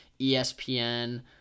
ESPN